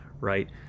right